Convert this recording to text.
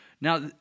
Now